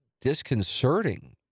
disconcerting